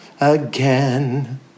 again